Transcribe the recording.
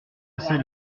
assez